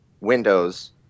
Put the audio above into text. windows